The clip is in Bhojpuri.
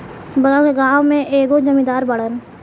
बगल के गाँव के एगो जमींदार बाड़न